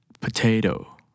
Potato